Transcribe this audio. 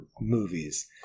movies